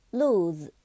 lose